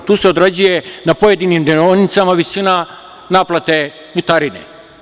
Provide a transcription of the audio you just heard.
Tu se odrađuje na pojedinim deonicama visina naplate putarine.